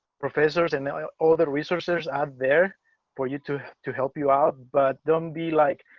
professors and other resources out there for you to to help you out. but don't be like,